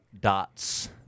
Dots